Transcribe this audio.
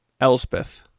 elspeth